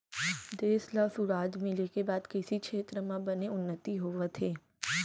देस ल सुराज मिले के बाद कृसि छेत्र म बने उन्नति होवत हे